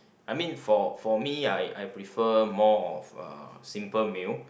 I mean for for me I I prefer more of uh simple meal